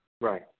Right